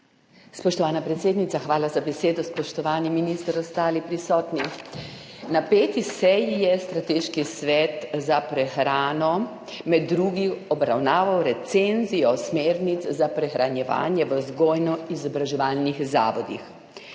Spoštovana predsednica, hvala za besedo. Spoštovani minister, ostali prisotni! Na 5. seji je Strateški svet za prehrano med drugim obravnaval recenzijo smernic za prehranjevanje v vzgojno-izobraževalnih zavodih.